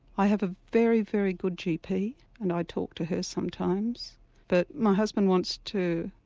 i have a very, very good gp and i talk to her sometimes but my husband wants to,